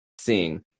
seeing